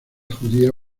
judía